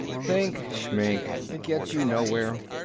think-shmink it gets you nowhere!